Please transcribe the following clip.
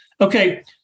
Okay